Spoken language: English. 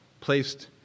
placed